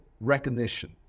recognition